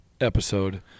episode